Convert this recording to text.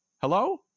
Hello